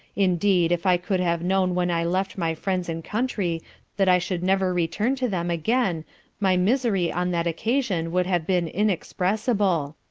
indeed if i could have known when i left my friends and country that i should never return to them again my misery on that occasion would have been inexpressible.